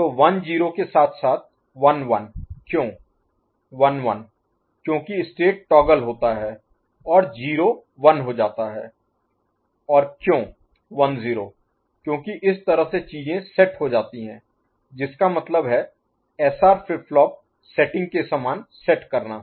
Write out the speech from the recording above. तो 1 0 के साथ साथ 1 1 क्यों 1 1 क्योंकि स्टेट टॉगल होता है और 0 1 हो जाता है और क्यों 1 0 क्योंकि इस तरह से चीजें सेट हो जाती हैं जिसका मतलब है एसआर फ्लिप फ्लॉप सेटिंग के समान सेट करना